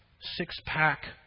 six-pack